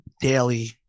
daily